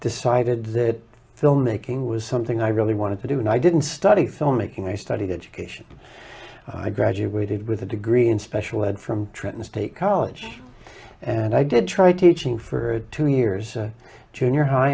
decided that filmmaking was something i really wanted to do and i didn't study filmmaking i studied education i graduated with a degree in special ed from trenton state college and i did try teaching for two years junior high